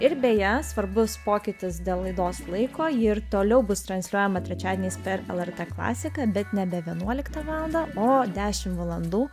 ir beje svarbus pokytis dėl laidos laiko ji ir toliau bus transliuojama trečiadieniais per lrt klasiką bet nebe vienuoliktą valandą o dešim valandų